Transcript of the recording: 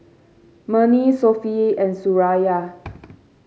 Murni Sofea and Suraya